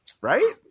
right